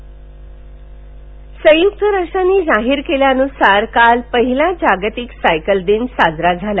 cycle संयुक्त राष्ट्रांनी जाहीर केल्यानुसार काल पहिला जागतिक सायकल दिन साजरा झाला